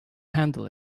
handle